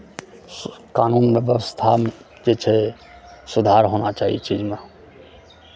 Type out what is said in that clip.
कानून व्यवस्थामे जे छै सुधार होना चाही ई चीजमे